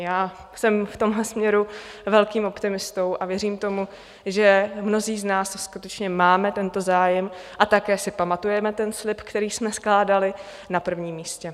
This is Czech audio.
Já jsem v tomhle směru velkým optimistou a věřím tomu, že mnozí z nás skutečně máme tento zájem a také si pamatujeme ten slib, který jsme skládali na prvním místě.